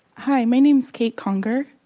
hi. my name is kate conger.